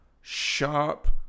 sharp